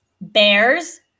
Bears